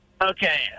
Okay